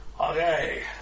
Okay